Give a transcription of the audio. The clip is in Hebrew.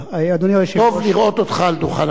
אדוני היושב-ראש, טוב לראות אותך על דוכן הכנסת.